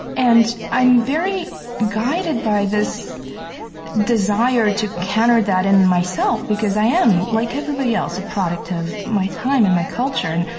and i'm very guided by this desire to counter that in myself because i am, like everybody else, a product of my time and my culture. and